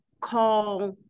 call